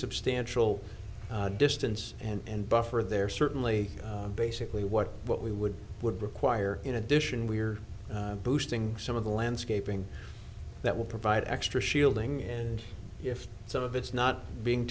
substantial distance and buffer there certainly basically what what we would would require in addition we're boosting some of the landscaping that will provide extra shielding and if some of it's not being